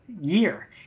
year